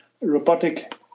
robotic